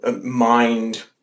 mind